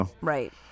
right